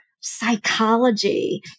psychology